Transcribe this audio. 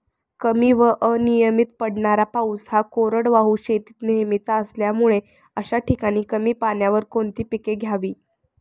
कमी व अनियमित पडणारा पाऊस हा कोरडवाहू शेतीत नेहमीचा असल्यामुळे अशा ठिकाणी कमी पाण्यावर कोणती पिके घ्यावी?